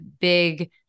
big